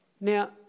now